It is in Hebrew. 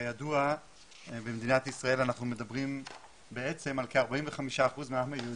כידוע במדינת ישראל אנחנו מדברים על כ-45% מהעם היהודי.